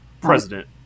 President